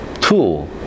two